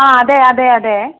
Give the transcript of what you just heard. ആ അതേയതേയതേ